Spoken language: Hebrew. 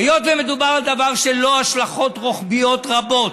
היות שמדובר על דבר שיש לו השלכות רוחביות רבות,